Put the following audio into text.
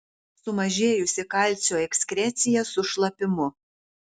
sumažėjusi kalcio ekskrecija su šlapimu